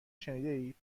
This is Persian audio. شنیدهاید